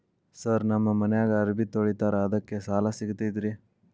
Sir ನಮ್ಮ ಮನ್ಯಾಗ ಅರಬಿ ತೊಳಿತಾರ ಅದಕ್ಕೆ ಸಾಲ ಸಿಗತೈತ ರಿ?